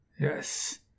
Yes